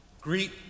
Greet